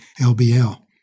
LBL